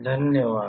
धन्यवाद